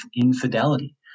infidelity